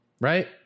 right